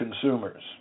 consumers